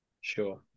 Sure